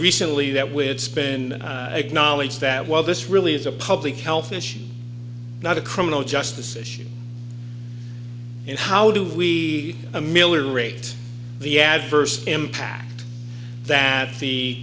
recently that with spin acknowledge that well this really is a public health issue not a criminal justice issue and how do we ameliorate the adverse impact that the